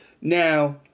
Now